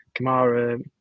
Kamara